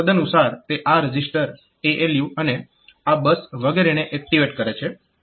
તદનુસાર તે આ રજીસ્ટર ALU અને આ બસ સંદર્ભ સમય 2739 વગેરેને એક્ટીવેટ કરે છે